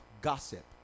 gossip